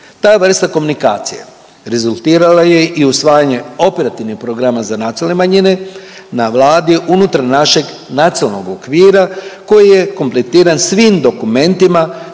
Ta vrsta komunikacije rezultirala je i usvajanjem Operativnog programa za nacionalne manjine na Vladi unutar našeg nacionalnog okvira koji je kompletiran svim dokumentima